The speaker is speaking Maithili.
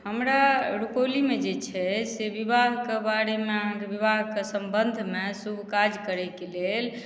हमरा रुपौली मे जे छै से विवाह के बारे मे अहाँके विवाह के सम्बन्ध मे शुभ काज करै के लेल